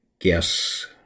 guess